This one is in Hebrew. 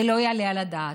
זה לא יעלה על הדעת.